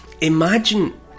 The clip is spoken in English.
imagine